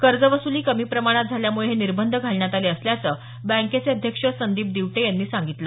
कर्जवसुली कमी प्रमाणात झाल्यामुळे हे निर्बंध घालण्यात आले असल्याचं बँकेचे अध्यक्ष संदीप दिवटे सांगितलं